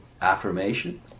affirmation